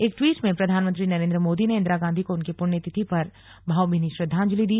एक ट्वीट में प्रधानमंत्री नरेंद्र मोदी ने इंदिरा गांधी को उनकी पुण्यतिथि पर भावभीनी श्रद्वांजलि दी